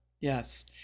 Yes